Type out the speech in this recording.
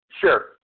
Sure